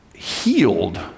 healed